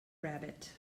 rabbit